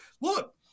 look